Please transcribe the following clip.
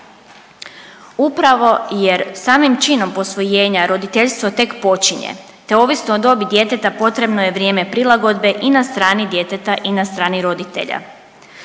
Upravo jer samim činom posvojenja roditeljstvo tek počinje, te ovisno o dobi djeteta potrebno je vrijeme prilagodbe i na strani djeteta i na strani roditelja.